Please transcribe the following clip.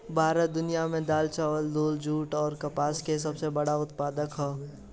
भारत दुनिया में दाल चावल दूध जूट आउर कपास के सबसे बड़ उत्पादक ह